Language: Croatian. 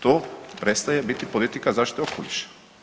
To prestaje biti politika zaštite okoliša.